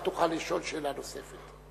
אתה תוכל לשאול שאלה נוספת.